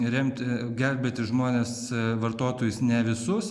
remt gelbėti žmones vartotojus ne visus